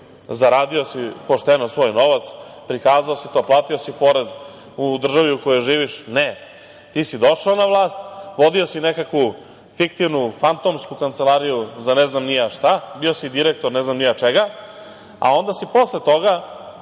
zaradio pošteno svoj novac, prikazao si to, platio si porez u državi u kojoj živiš. Ne. Ti si došao na vlast, vodio si nekakvu fiktivnu, fantomsku kancelariju, za ne znam ni ja šta, bio si direktor, ne znam ni ja čega. Onda si posle toga